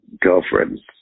Girlfriends